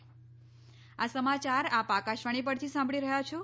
corona appeal આ સમાચાર આપ આકાશવાણી પરથી સાંભળી રહ્યા છો